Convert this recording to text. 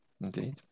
Indeed